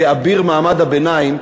כאביר מעמד הביניים,